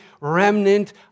remnant